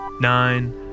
Nine